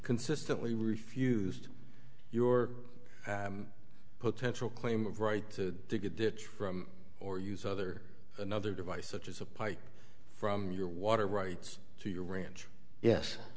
consistently refused your potential claim of right to get it from or use other another device such as a pipe from your water rights to your ranch yes